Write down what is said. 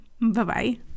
Bye-bye